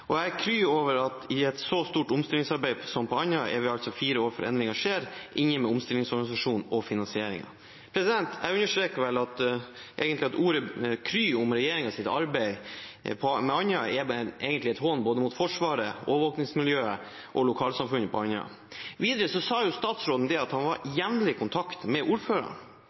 er kry av at i et så stort omstillingsarbeid som på Andøya, er vi altså fire år før endringen skjer, inne med omstillingsorganisasjonen og finansieringen.» Jeg vil understreke at ordet «kry» om regjeringens arbeid på Andøya egentlig er en hån mot både Forsvaret, overvåkingsmiljøet og lokalsamfunnet på Andøya. Videre sa statsråden at han var jevnlig i kontakt med